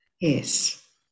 yes